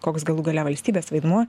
koks galų gale valstybės vaidmuo